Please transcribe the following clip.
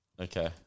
Okay